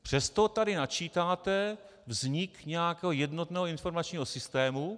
Přesto tady načítáte vznik nějakého jednotného informačního systému.